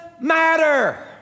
matter